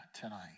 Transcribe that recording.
tonight